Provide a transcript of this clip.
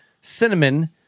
cinnamon